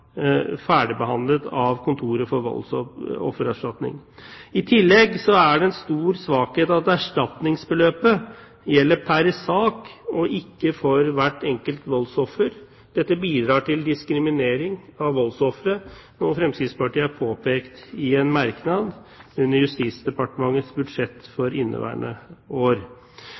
ferdigbehandlet av Kontoret for voldsoffererstatning. I tillegg er det en stor svakhet at erstatningsbeløpet gjelder pr. sak og ikke for hvert enkelt voldsoffer. Dette bidrar til diskriminering av voldsofre, noe Fremskrittspartiet har påpekt i en merknad under Justisdepartementets budsjett for inneværende år.